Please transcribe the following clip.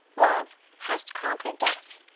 love, hast conquered death,